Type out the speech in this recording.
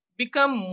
become